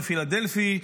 בפילדלפי,